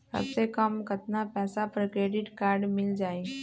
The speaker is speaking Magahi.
सबसे कम कतना पैसा पर क्रेडिट काड मिल जाई?